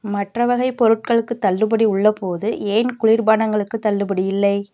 மற்ற வகைப் பொருட்களுக்குத் தள்ளுபடி உள்ளபோது ஏன் குளிர்பானங்களுக்குத் தள்ளுபடி இல்லை